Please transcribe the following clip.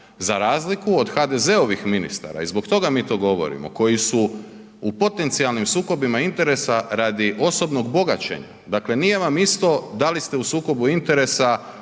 za razliku od HDZ-ovih ministara i zbog toga mi to govorimo koji su u potencijalnim sukobima interesa radi osobnog bogaćenja, dakle nije vam isto da li ste u sukobu interesa